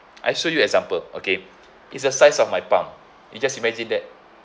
I show you example okay it's the size of my palm you just imagine that